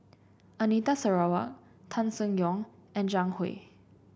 Anita Sarawak Tan Seng Yong and Zhang Hui